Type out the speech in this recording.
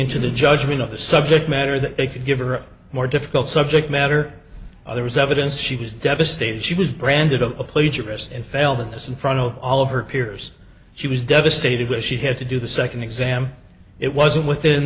into the judgement of the subject matter that they could give her more difficult subject matter there was evidence she was devastated she was branded a plagiarist and failed at this in front of all of her peers she was devastated when she had to do the second exam it wasn't within